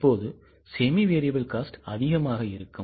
இப்போது semi variable cost அதிகமாக இருக்கும்